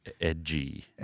Edgy